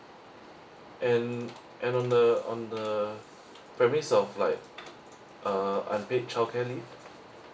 and and on the on the premise of like uh unpaid child care leave